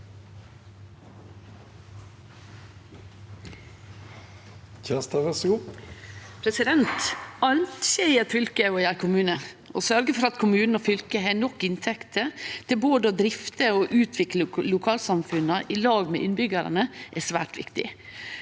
Alt skjer i eit fylke og i ein kommune. Å sørgje for at kommunen og fylket har nok inntekter til både å drifte og utvikle lokalsamfunna i lag med innbyggjarane, er svært viktig.